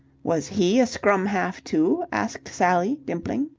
was he a scrum-half, too? asked sally, dimpling.